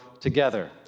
together